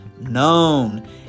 known